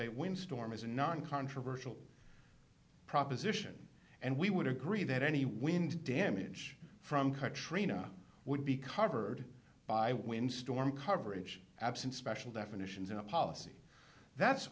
a wind storm is a non controversial proposition and we would agree that any wind damage from katrina would be covered by wind storm coverage absent special definitions in a policy that's